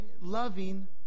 loving